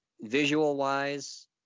Visual-wise